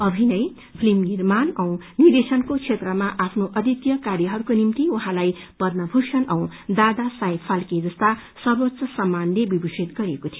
अभिनय फिल्म निर्माण अनि निर्देशकको क्षेत्रमा आफ्नो अद्वितिय कार्यहरूको निभ्ति उठाँलाई पदम भूषण ओ दादा साहेब फाल्के जस्ता सर्वोच्च सम्मानले विभूषित गरिएको थियो